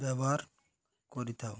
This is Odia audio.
ବ୍ୟବହାର କରିଥାଉ